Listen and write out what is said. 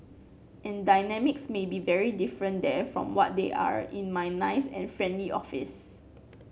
and dynamics may be very different there from what they are in my nice and friendly office